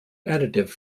additive